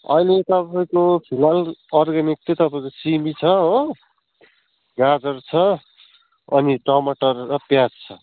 अहिले तपाईँको फिलहाल अर्ग्यानिक चाहिँ तपाईँको सिमी छ हो गाजर छ अनि टमाटर र प्याज छ